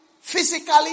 physically